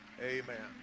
Amen